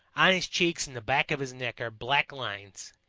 on his cheeks and the back of his neck are black lines,